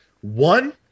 One